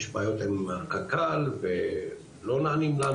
יש בעיות עם קק"ל ולא נענים לנו,